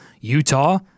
Utah